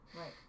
Right